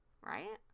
Right